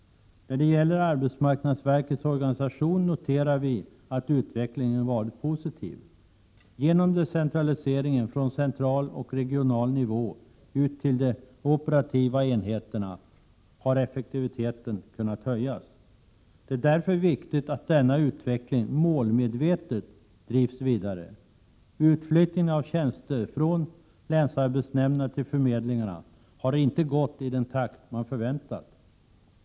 När det gäller verkets organisation noterar vi att utvecklingen har varit positiv. Genom decentraliseringen från central och regional nivå ut till de operativa enheterna har effektiviteten kunnat höjas. Det är därför viktigt att denna utveckling målmedvetet drivs vidare. Utflyttningen av tjänster från länsarbetsnämnderna till förmedlingarna har inte gått i den takt man förväntat.